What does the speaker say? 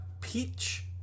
peach